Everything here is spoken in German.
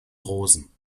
rosen